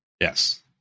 Yes